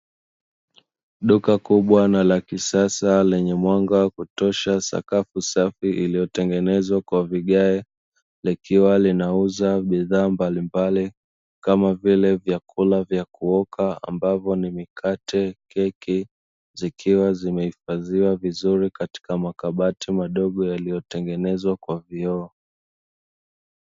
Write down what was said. Duka kubwa na la kisasa lenye mwanga wa kutosha na sakafu safi, lililotengenezwa kwa vigae likiwa linauza bidhaa mbalimbali kama vile, vyakula vya kuoka ambavyo ni; mikate, keki zikiwa zimehifadhiwa vizuri katika makabati madogo yaliyotengenezwa kwa vioo.